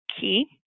key